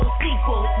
sequel